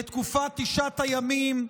בתקופת תשעת הימים,